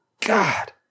God